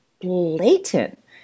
blatant